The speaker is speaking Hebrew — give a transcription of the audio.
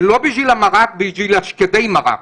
לא בשביל המרק אלא בשביל שקדי המרק.